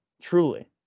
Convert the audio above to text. truly